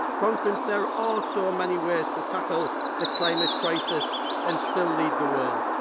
conference, there are so many ways to tackle the climate crisis and still lead the world.